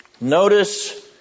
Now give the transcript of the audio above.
Notice